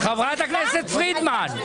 זה לא לפי סדר הגעה?